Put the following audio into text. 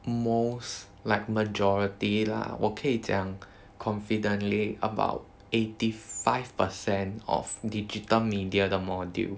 most like majority lah 我可以讲 confidently about eighty five percent of digital media 的 module